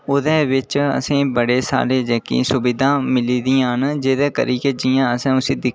ओह्दे बिच्च असेंगी बड़े सारे सुविधां मिली दियां न जेह्दे करी कि जियां अस उसी